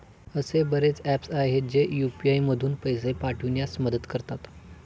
असे बरेच ऍप्स आहेत, जे यू.पी.आय मधून पैसे पाठविण्यास मदत करतात